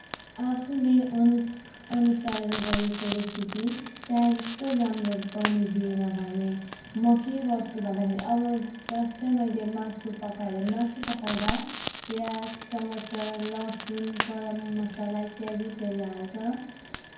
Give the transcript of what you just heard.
आफूले अनुस अनुसरण गरेको रेसिपी चाहिए जस्तो राम्रो बनिदिएन भने म के गर्छु भन्दाखेरि अब जस्तै मैले मासु पकाएँ अरे मासु पकाउँदा प्याज टमाटर लसुन गरम मसाला इत्यादि इत्यादि हाल्छ